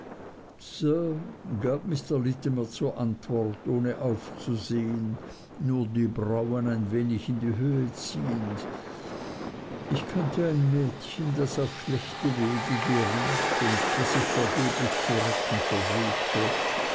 sir gab mr littimer zur antwort ohne aufzusehen nur die brauen ein wenig in die höhe ziehend ich kannte ein mädchen das auf schlechte wege geriet und das ich vergeblich zu retten versuchte